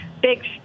big